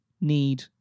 need